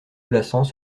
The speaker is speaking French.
blassans